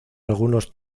algunos